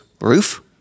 roof